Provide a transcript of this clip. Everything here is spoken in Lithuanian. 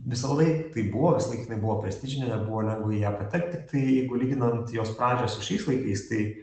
visąlaik taip buvo visą laik jinai buvo prestižinė nebuvo lengva į ją patekt tiktai jeigu lyginant jos pradžią su šiais laikais tai